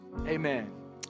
amen